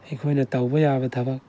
ꯑꯩꯈꯣꯏꯅ ꯇꯧꯕ ꯌꯥꯕ ꯊꯕꯛ